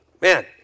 Man